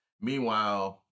Meanwhile